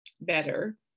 better